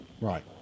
Right